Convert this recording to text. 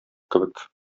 кебек